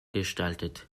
gestaltet